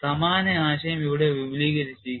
സമാന ആശയം ഇവിടെ വിപുലീകരിച്ചിരിക്കുന്നു